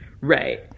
Right